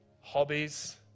hobbies